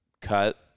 cut